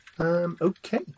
Okay